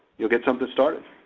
you'll get something started.